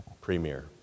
premier